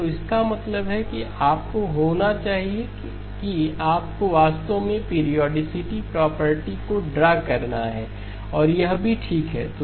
तो इसका मतलब है कि आपको होना चाहिए कि आपको वास्तव में पीरियोडिसिटी प्रॉपर्टी को ड्रा करना है और यह भी ठीक है